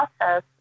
process